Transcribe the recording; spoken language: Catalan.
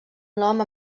nom